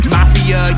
Mafia